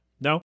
No